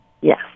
Yes